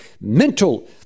mental